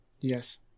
Yes